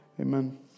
amen